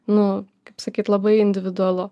nu kaip sakyt labai individualu